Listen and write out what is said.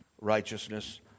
righteousness